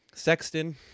Sexton